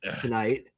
tonight